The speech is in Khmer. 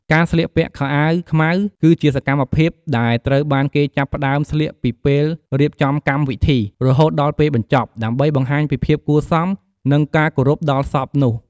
ការស្លៀកពាក់ខោអាវខ្មៅ គឺជាសកម្មភាពដែលត្រូវបានគេចាប់ផ្ដើមស្លៀកពីពេលរៀបចំកម្មវិធី រហូតដល់ពេលបញ្ចប់ ដើម្បីបង្ហាញពីភាពគួរសម និងការគោរពដល់សពនោះ។